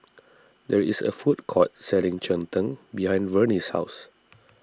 there is a food court selling Cheng Tng behind Vernie's house